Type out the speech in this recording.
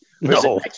no